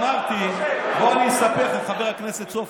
בוא ואספר לך, חבר הכנסת סובה: